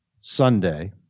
Sunday